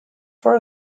for